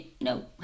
No